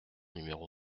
numéro